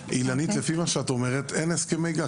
אילנית, לפי מה שאת אומרת אין הסכמי גג.